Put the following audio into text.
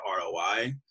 ROI